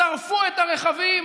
שרפו את הרכבים,